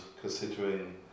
considering